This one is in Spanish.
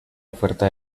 oferta